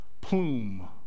plume